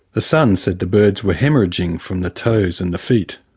the son said the birds were haemorrhaging from the toes and the feet.